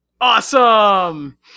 Awesome